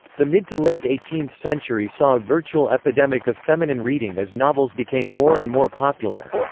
the mid to late eighteenth century saw a virtual epidemic of feminine reading as novels became more and more popular.